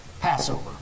Passover